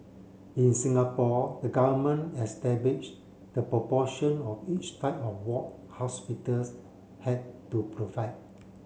in Singapore the government establish the proportion of each type of ward hospitals had to provide